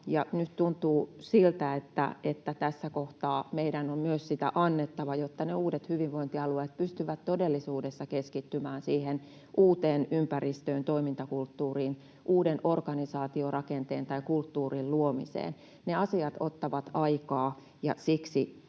nyt tuntuu siltä, että tässä kohtaa meidän on myös sitä annettava, jotta ne uudet hyvinvointialueet pystyvät todellisuudessa keskittymään siihen uuteen ympäristöön, toimintakulttuuriin, uuden organisaatiorakenteen tai kulttuurin luomiseen. Ne asiat ottavat aikaa, ja siksi